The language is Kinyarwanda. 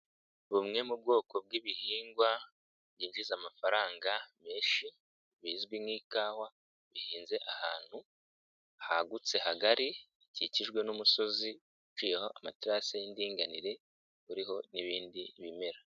Bumwe mu bwoko bw'ibihingwa byinjiza amafaranga menshi bizwi nk'ikawa bihinze ahantu hagutse hagari hakikijwe n'umusozi uciyeho amateras y'indinganire uriho n'ibindi bimera.